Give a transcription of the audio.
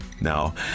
Now